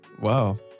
Wow